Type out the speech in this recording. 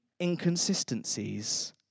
inconsistencies